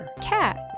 Cats